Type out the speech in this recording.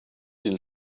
den